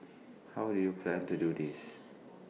how do you plan to do this